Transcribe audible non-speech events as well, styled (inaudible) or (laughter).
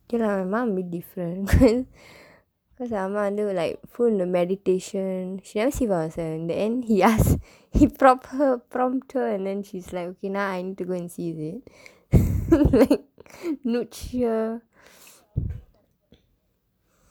okay la my mum a bit different (laughs) cause I'm under like full meditation she never see for herself in the end he ask he prompt her and then she's like now I need go see already here